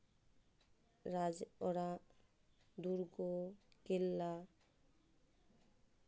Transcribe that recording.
ᱨᱟᱡᱽ ᱚᱲᱟᱜ ᱫᱩᱨᱜᱚ ᱠᱮᱞᱞᱟ